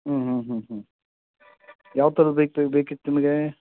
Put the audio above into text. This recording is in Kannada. ಹ್ಞೂ ಹ್ಞೂ ಹ್ಞೂ ಹ್ಞೂ ಯಾವ ಥರದ್ದು ಬೇಕು ಬೇಕಿತ್ತು ನಿಮಗೆ